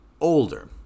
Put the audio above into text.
Older